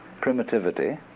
primitivity